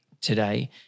today